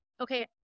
okay